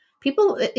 people